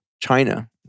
China